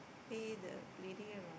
pay the lady around